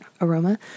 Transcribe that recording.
aroma